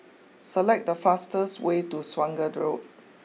select the fastest way to Swanage Road